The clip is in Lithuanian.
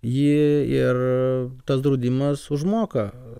jį ir tas draudimas užmoka